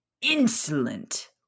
insolent